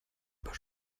über